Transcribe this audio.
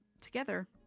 together